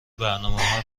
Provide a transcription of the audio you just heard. برنامهها